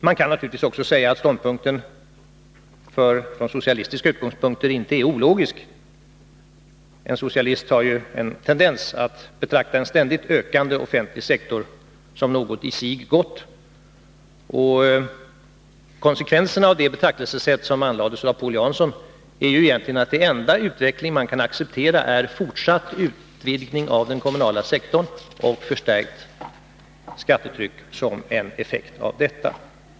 Man kan naturligtvis säga att ståndpunkten från socialistiska utgångspunkter inte är ologisk — en socialist har ju en tendens att betrakta en ständigt ökande offentlig sektor som något i sig gott. Konsekvensen av det betraktelsesättet, som anlades av Paul Jansson, är egentligen att den enda utveckling som kan accepteras är en fortsatt utvidgning av den kommunala sektorn och ett förstärkt skattetryck som en effekt av detta.